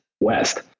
West